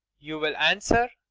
you will answer,